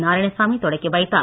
நாராயணசாமி தொடக்கி வைத்தார்